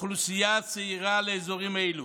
אוכלוסייה צעירה לאזורים אלו.